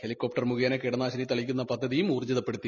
helicopter മുഖേന കീടനാശിനി തളിക്കുന്ന പദ്ധതിയും ഊർജ്ജിതപ്പെടുത്തി